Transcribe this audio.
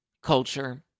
Culture